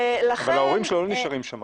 אבל ההורים שלו לא נשארים שם,